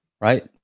right